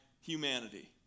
humanity